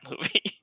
movie